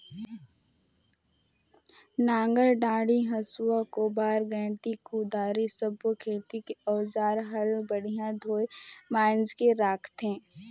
नांगर डांडी, हसुआ, कोप्पर गइती, कुदारी सब्बो खेती के अउजार हल बड़िया धोये मांजके राखथे